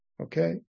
okay